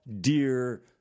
dear